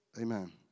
Amen